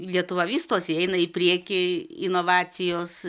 lietuva vystosi eina į priekį inovacijos